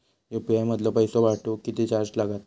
UPI मधलो पैसो पाठवुक किती चार्ज लागात?